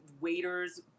waiters